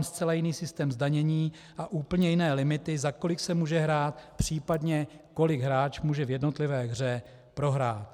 Je tam zcela jiný systém zdanění a úplně jiné limity, za kolik se může hrát, případně kolik hráč může v jednotlivé hře prohrát.